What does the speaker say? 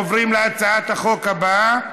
עוברים להצעת החוק הבאה: